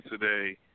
today